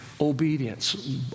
obedience